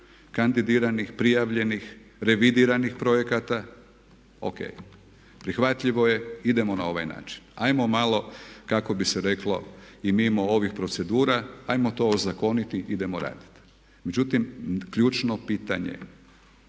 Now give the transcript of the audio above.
kandidiranih, prijavljenih, revidiranih projekata. O.k. Prihvatljivo je, idemo na ovaj način. Hajmo malo kako bi se reklo i mimo ovih procedura, hajmo to ozakoniti, idemo raditi. Međutim, ključno pitanje je